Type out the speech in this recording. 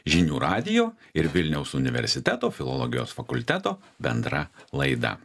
žinių radijo ir vilniaus universiteto filologijos fakulteto bendra laida